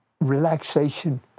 relaxation